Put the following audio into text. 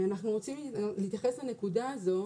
אנחנו רוצים להתייחס לנקודה הזו,